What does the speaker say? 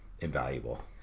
invaluable